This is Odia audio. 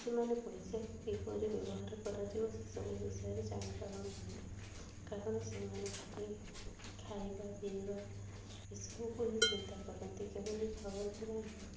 ସେମାନେ ପଇସାକୁ କିପରି ବ୍ୟବହାର କରାଯିବ ସେ ସବୁ ବିଷୟରେ ଜାଣି ପାରୁନାହାନ୍ତି କାରଣ ସେମାନେ ଖାଲି ଖାଇବା ପିଇବା ଏ ସବୁକୁ ହିଁ ଚିନ୍ତା କରନ୍ତି କେବେ ବି ଭାବନ୍ତି ନାହିଁ